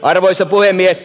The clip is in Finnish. arvoisa puhemies